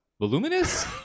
voluminous